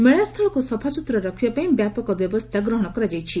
ମେଳାସ୍ଥଳକୁ ସଫା ସୁତୁରା ରଖିବା ପାଇଁ ବ୍ୟାପକ ବ୍ୟବସ୍ଥା କରାଯାଇଛି